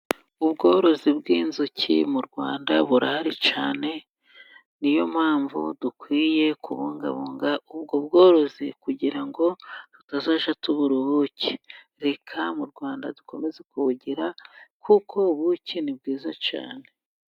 Ubworozi bw'inzuki mu Rwanda burahari cyane niyo mpamvu dukwiye kubungabunga ubwo bworozi kugira ngo tutazajya tubura ubuki. Reka mu rwanda dukomeze kubugira kuko ubuki ni bwiza cyane.